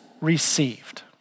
received